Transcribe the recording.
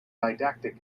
didactic